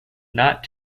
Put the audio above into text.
not